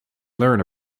learn